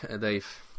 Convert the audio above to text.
Dave